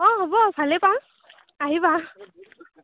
অঁ হ'ব ভালে পাম আহিবা